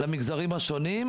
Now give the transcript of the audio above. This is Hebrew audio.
למגזרים השונים,